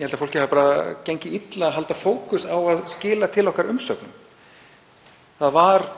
ég held að fólki hafi bara gengið illa að halda fókus á að skila til okkar umsögnum. Það var